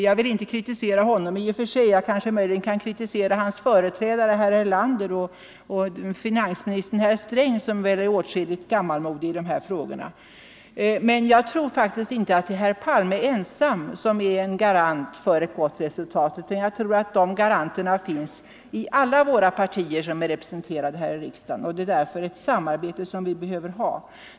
Jag vill inte kritisera herr Palme i och för sig — möjligen kunde jag kritisera hans företrädare herr Erlander och finansminister Sträng, som väl är åtskilligt gammalmodig i de här frågorna — men jag tror faktiskt inte att herr Palme ensam är en garant för ett gott resultat. De garanterna trodde jag i stället finns i alla politiska partier som är representerade här i riksdagen. Därför är det ett samarbete vi behöver ha.